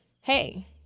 hey